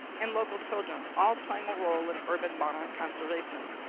and local children, all playing a role in urban monarch conservation.